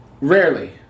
Rarely